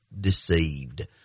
Deceived